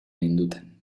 ninduten